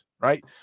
right